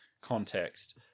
context